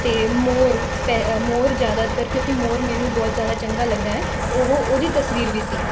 ਅਤੇ ਮੋਰ ਸਪੈ ਮੋਰ ਜ਼ਿਆਦਾਤਰ ਕਿਉਂਕਿ ਮੋਰ ਮੈਨੂੰ ਬਹੁਤ ਜ਼ਿਆਦਾ ਚੰਗਾ ਲੱਗਦਾ ਹੈ ਉਹ ਉਹਦੀ ਤਸਵੀਰ ਵੀ ਸੀ